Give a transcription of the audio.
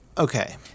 okay